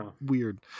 weird